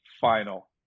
final